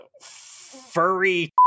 furry